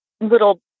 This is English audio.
little